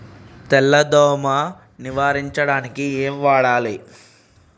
తెల్ల దోమ నిర్ములించడానికి ఏం వాడాలి?